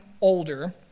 older